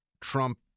Trump